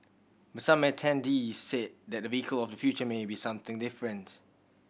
but some attendees said that the vehicle of the future may be something different